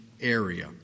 area